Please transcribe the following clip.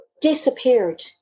disappeared